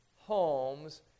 homes